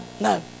no